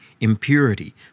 impurity